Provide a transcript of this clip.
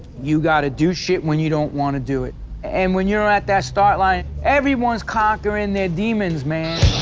you gotta do shit when you don't want to do it and when you're at that start line everyone's conquering their demons man.